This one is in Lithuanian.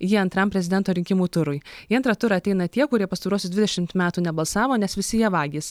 jį antram prezidento rinkimų turui į antrą turą ateina tie kurie pastaruosius dvidešimt metų nebalsavo nes visi jie vagys